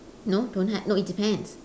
no don't have no it depends